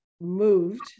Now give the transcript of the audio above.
moved